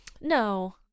No